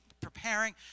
preparing